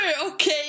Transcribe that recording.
okay